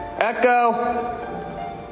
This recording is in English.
Echo